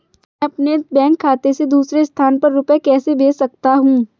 मैं अपने बैंक खाते से दूसरे स्थान पर रुपए कैसे भेज सकता हूँ?